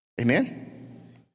Amen